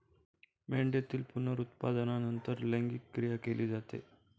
मेंढीतील पुनरुत्पादनानंतर लैंगिक क्रिया केली जाते